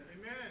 amen